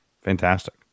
Fantastic